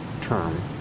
term